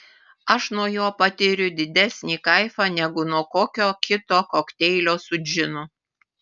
aš nuo jo patiriu didesnį kaifą negu nuo kokio kito kokteilio su džinu